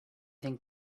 think